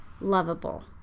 lovable